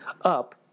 up